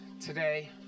today